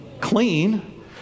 clean